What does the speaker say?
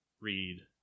read